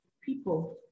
people